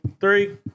three